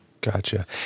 Gotcha